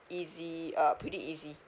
easy uh pretty easy